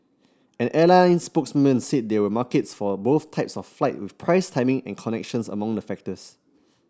an airline spokesman said there were markets for both types of flights with price timing and connections among the factors